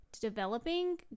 developing